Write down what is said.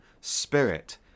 Spirit